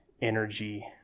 energy